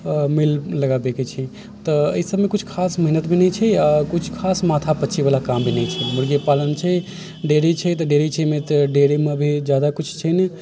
मिल लगा दैके छै तऽ एहिसबमे किछु खास मेहनत भी नहि छै आओर किछु खास माथापच्चीवला काम भी नहि छै मुर्गी पालन छै डेयरी ई छै तऽ डेअरी छै तऽ डेअरीमे भी ज्यादा किछु छै नहि